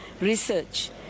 research